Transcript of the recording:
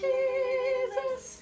Jesus